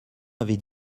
avaient